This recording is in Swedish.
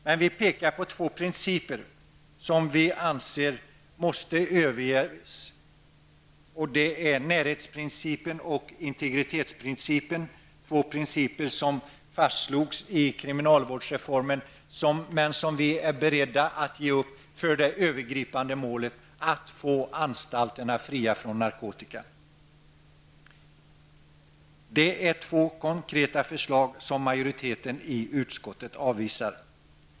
Men vi pekar på två principer som vi anser måste överges, nämligen närhetsprincipen och integritetsprincipen, två principer som fastslogs i kriminalvårdsreformen men som vi är beredda att ge upp för det övergripande målet att få anstalterna fria från narkotika. Det är två konkreta förslag som majoriteten i utskottet avvisar.